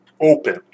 open